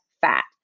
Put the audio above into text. fat